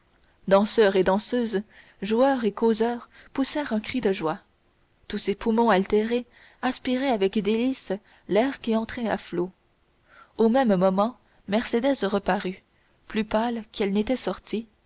danseurs et danseuses joueurs et causeurs poussèrent un cri de joie tous ces poumons altérés aspiraient avec délices l'air qui entrait à flots au même moment mercédès reparut plus pâle qu'elle n'était sortie